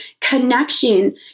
connection